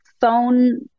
phone